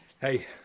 hey